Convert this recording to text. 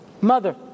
Mother